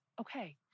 Okay